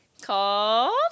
called